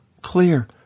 clear